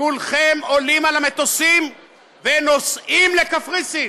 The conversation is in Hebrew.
כולכם עולים על המטוסים ונוסעים לקפריסין.